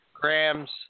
grams